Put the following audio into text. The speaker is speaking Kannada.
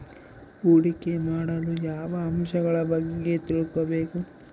ಹೂಡಿಕೆ ಮಾಡಲು ಯಾವ ಅಂಶಗಳ ಬಗ್ಗೆ ತಿಳ್ಕೊಬೇಕು?